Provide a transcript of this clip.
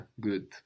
Good